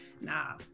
Nah